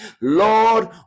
Lord